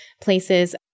places